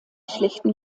schlechten